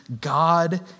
God